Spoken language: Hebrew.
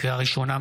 לקריאה ראשונה,